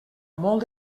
molt